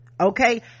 okay